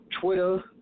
Twitter